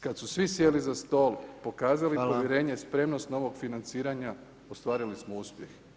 Kada su svi sjeli za stol, pokazali povjerenje, spremnost novog financiranja ostvarili smo uspjeh.